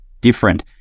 different